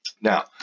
Now